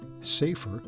safer